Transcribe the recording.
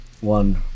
one